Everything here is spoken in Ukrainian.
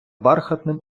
бархатним